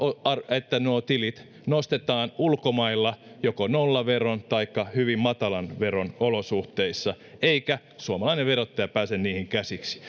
että nuo tilit nostetaan ulkomailla joko nollaveron taikka hyvin matalan veron olosuhteissa eikä suomalainen verottaja pääse niihin käsiksi